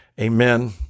amen